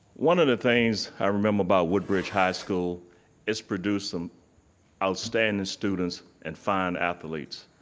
one of the things i remember about woodbridge high school is producing outstanding students and fine athletes.